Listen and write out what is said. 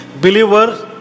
believer